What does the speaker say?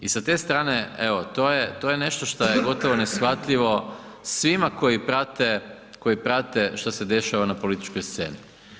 I sa te strane, evo, to je nešto što je gotovo neshvatljivo svima koji prate što se dešava na političkoj sceni.